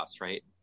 right